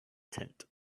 tent